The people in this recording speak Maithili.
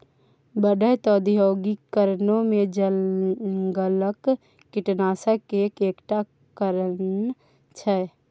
बढ़ैत औद्योगीकरणो जंगलक कटनीक एक टा कारण छै